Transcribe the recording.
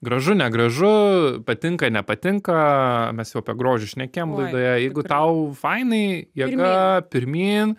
gražu negražu patinka nepatinka mes jau apie grožį šnekėjom laidoje jeigu tau fainai jėga pirmyn